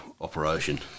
operation